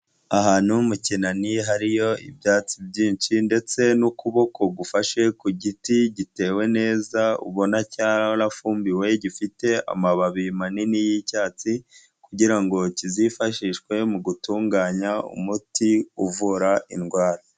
Ahantu mu kinani hariyo ibyatsi byinshi, ndetse n'ukuboko gufashe ku giti gitewe neza, ubona cyarafumbiwe, gifite amababi manini y'icyatsi, kugira ngo kizifashishwe mu gutunganya umuti uvura indwara.